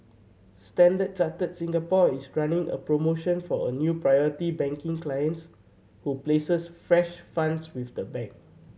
Standard Chartered Singapore is running a promotion for a new Priority Banking clients who places fresh funds with the bank